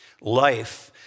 Life